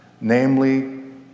Namely